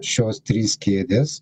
šios trys kėdės